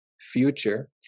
future